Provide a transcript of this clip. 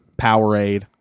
Powerade